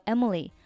Emily